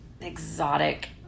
exotic